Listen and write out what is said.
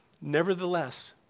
nevertheless